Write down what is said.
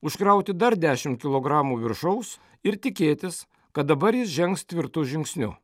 užkrauti dar dešimt kilogramų viršaus ir tikėtis kad dabar jis žengs tvirtu žingsniu